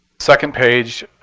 second page.